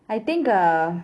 I think err